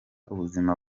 ubuzima